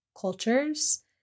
cultures